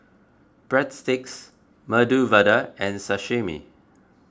Breadsticks Medu Vada and Sashimi